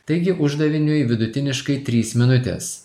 taigi uždaviniui vidutiniškai trys minutės